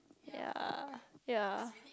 ya ya